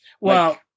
Well-